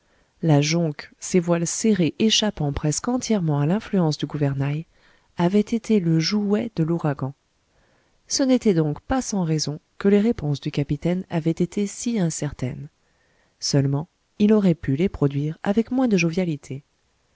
la jonque ses voiles serrées échappant presque entièrement à l'influence du gouvernail avait été le jouet de l'ouragan ce n'était donc pas sans raison que les réponses du capitaine avaient été si incertaines seulement il aurait pu les produire avec moins de jovialité